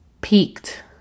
peaked